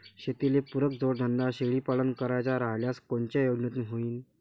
शेतीले पुरक जोडधंदा शेळीपालन करायचा राह्यल्यास कोनच्या योजनेतून होईन?